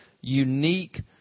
unique